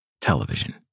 television